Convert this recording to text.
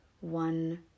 one